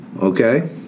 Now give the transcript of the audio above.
okay